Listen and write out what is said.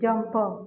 jump